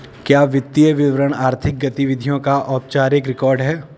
क्या वित्तीय विवरण आर्थिक गतिविधियों का औपचारिक रिकॉर्ड है?